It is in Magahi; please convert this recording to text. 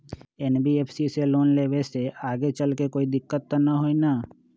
एन.बी.एफ.सी से लोन लेबे से आगेचलके कौनो दिक्कत त न होतई न?